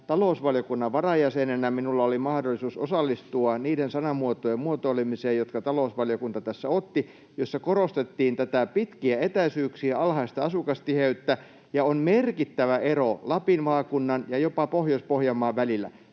talousvaliokunnan varajäsenenä minulla oli mahdollisuus osallistua niiden sanamuotojen muotoilemiseen, jotka talousvaliokunta tässä otti ja joissa korostettiin pitkiä etäisyyksiä, alhaista asukastiheyttä. On merkittävä ero Lapin maakunnan ja jopa Pohjois-Pohjanmaan välillä: